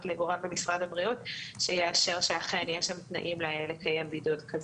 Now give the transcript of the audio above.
לגורם במשרד הבריאות שיאשר שאכן יש שם תנאים לקיים בידוד כזה.